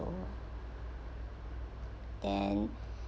oh then